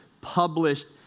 published